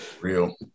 Real